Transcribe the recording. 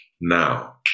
now